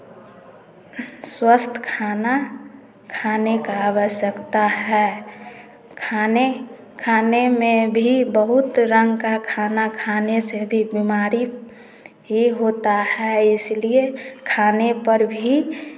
स्वस्थ खाना खाने का अवश्यक्ता है खाने खाने में भी बहुत रंग का खाना खाने से बीमारी ही होता है इसलिए खाने पर भी